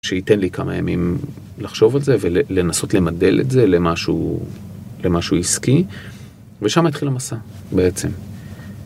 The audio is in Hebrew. שייתן לי כמה ימים לחשוב על זה ולנסות למדל את זה למשהו עסקי ושם התחיל המסע בעצם.